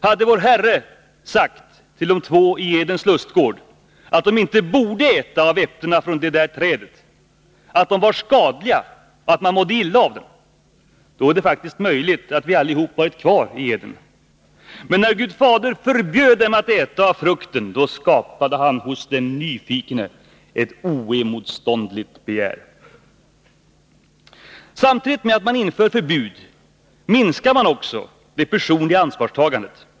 Hade vår Herre sagt till de två i Edens lustgård att de inte borde äta äpplena från det där trädet — att de var skadliga och att man mådde illa av dem — då är det faktiskt möjligt att vi allihopa varit kvar i Eden. Men när Gud Fader förbjöd dem att äta av frukten — då skapade han hos de nyfikna ett oemotståndligt begär. Samtidigt med att det införs förbud minskas också det personliga ansvarstagandet.